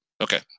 Okay